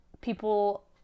people